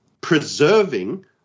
preserving